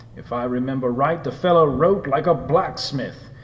if i remember right the fellow wrote like a blacksmith.